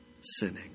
sinning